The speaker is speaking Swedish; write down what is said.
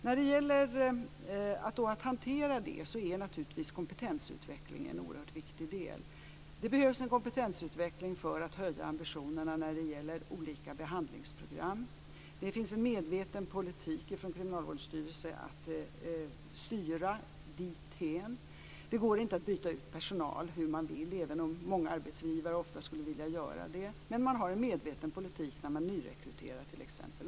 När det gäller att hantera det är kompetensutvecklingen en oerhört viktig del. Det behövs en kompetensutveckling för att höja ambitionerna vad gäller olika behandlingsprogram. Det finns en medveten politik från Kriminalvårdsstyrelsen att styra dithän. Det går inte att byta ut personal hur man vill även om många arbetsgivare ofta skulle vilja göra det. Man har en medveten politik när man t.ex. nyrekryterar.